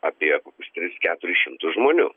apie kokius tris keturis šimtus žmonių